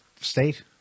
state